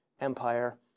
empire